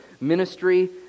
ministry